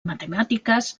matemàtiques